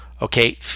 Okay